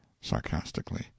sarcastically